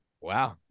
Wow